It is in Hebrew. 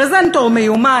פרזנטור מיומן,